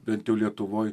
bent jau lietuvoj